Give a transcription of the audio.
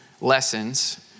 lessons